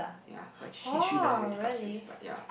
ya but actually chat history doesn't even take up space but ya